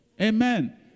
Amen